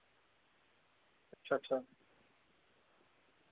अच्छा अच्छा